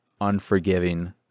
unforgiving